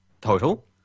total